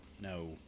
No